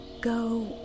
Go